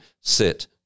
sit